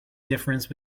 difference